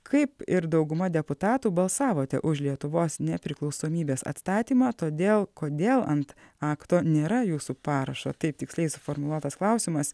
kaip ir dauguma deputatų balsavote už lietuvos nepriklausomybės atstatymą todėl kodėl ant akto nėra jūsų parašo taip tiksliai suformuluotas klausimas